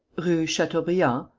rue chateaubriand.